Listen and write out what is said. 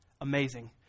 amazing